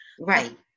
Right